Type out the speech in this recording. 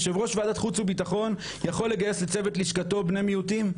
יושב-ראש ועדת החוץ והביטחון יכול לגיס ללשכתו בני מיעוטים?